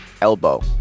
elbow